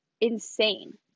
insane